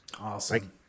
Awesome